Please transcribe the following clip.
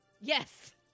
Yes